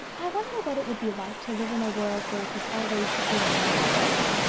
i wonder what it would be like to live in a world where it was always june, said anne,